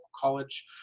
college